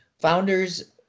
Founders